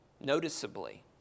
noticeably